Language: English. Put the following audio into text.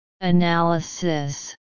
Analysis